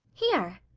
here!